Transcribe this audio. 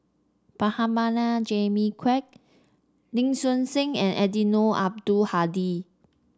Prabhakara Jimmy Quek Lee Seow Ser and Eddino Abdul Hadi